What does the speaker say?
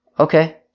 Okay